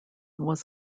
was